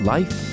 Life